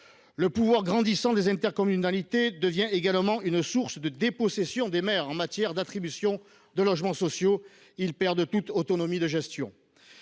Le pouvoir grandissant des intercommunalités est une autre source de dépossession des maires en matière d’attribution de logements sociaux : les maires perdent toute autonomie de gestion.